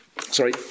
sorry